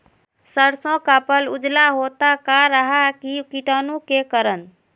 सरसो का पल उजला होता का रहा है की कीटाणु के करण?